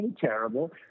terrible